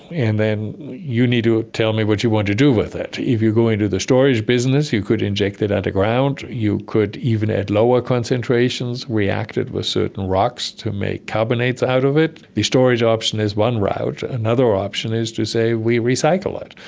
and then you need to ah tell me what you want to do with it. if you go into the storage business you could inject it underground, you could even add lower concentrations reacted with certain rocks to make carbonates out of it. the storage option is one route. another option is to say we recycle it,